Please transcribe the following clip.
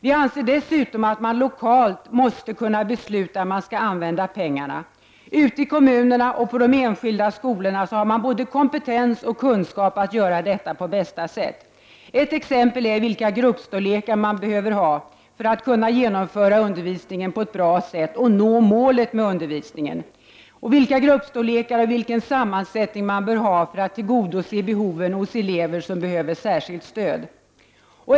Vi anser dessutom att man lokalt måste kunna besluta hur man skall använda pengarna. Ute i kommunerna och på de enskilda skolorna har man både kompetens och kunskap att göra detta på bästa sätt. Ett exempel är att bestämma vilka gruppstorlekar som man bör ha för att kunna genomföra undervisningen på ett bra sätt och nå målet med undervisningen. Vilka gruppstorlekar och vilken sammansättning bör man ha för att tillgodose behoven hos elever som behöver särskilt stöd?